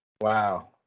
wow